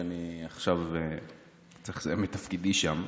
ועכשיו אני צריך לסיים את תפקידי שם.